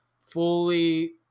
fully